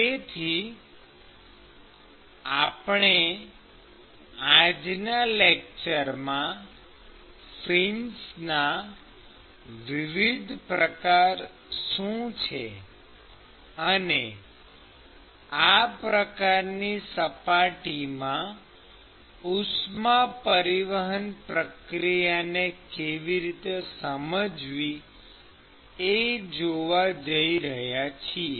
તેથી આપણે આજના લેકચરમાં ફિન્સના વિવિધ પ્રકાર શું છે અને આ પ્રકારની સપાટીઓમાં ઉષ્મા પરિવહન પ્રક્રિયાને કેવી રીતે સમજવી એ જોવા જઇ રહ્યા છીએ